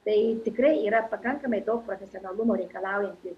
tai tikrai yra pakankamai daug profesionalumo reikalaujanti